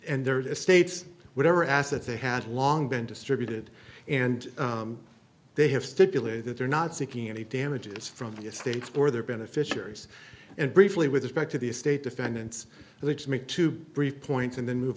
and their estates whatever assets they had long been distributed and they have stipulated that they're not seeking any damages from the estates for their beneficiaries and briefly with respect to the estate defendants which make two brief points and then move